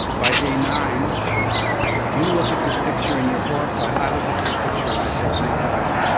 by day nine you look at this picture and you're horrified i look at this picture and i say, thank god,